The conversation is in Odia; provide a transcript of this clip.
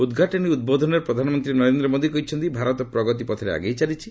ଉଦ୍ଘାଟନୀ ଉଦ୍ବୋଧନରେ ପ୍ରଧାନମନ୍ତ୍ରୀ ନରେନ୍ଦ୍ର ମୋଦି କହିଛନ୍ତି ଭାରତ ପ୍ରଗତି ପଥରେ ଆଗେଇ ଚାଲିଛି